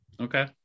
okay